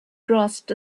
grasped